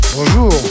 Bonjour